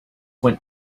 went